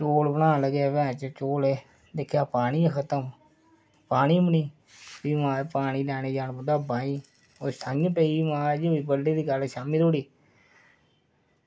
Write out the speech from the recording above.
चौल बनान लग्गे चौल दिक्खेआ पानी खत्म भी माय पानी लैने गी जाना पौंदा हा बाईं ओह् संञ पेई बड्डलै दी गल्ल शामीं धोड़ी